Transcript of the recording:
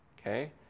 okay